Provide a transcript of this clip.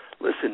Listen